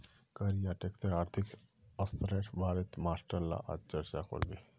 कर या टैक्सेर आर्थिक असरेर बारेत मास्टर ला आज चर्चा करबे